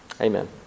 Amen